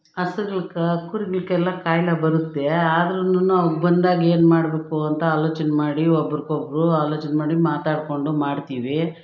ಹಸುಗಳ್ಗ ಕುರಿಗಳ್ಗೆಲ್ಲ ಕಾಯಿಲೆ ಬರುತ್ತೆ ಆದ್ರುನು ಅವು ಬಂದಾಗೇನು ಮಾಡಬೇಕು ಅಂತ ಆಲೋಚನೆ ಮಾಡಿ ಒಬ್ರುಗೊಬ್ರು ಆಲೋಚನೆ ಮಾಡಿ ಮಾತಾಡಿಕೊಂಡು ಮಾಡ್ತೀವಿ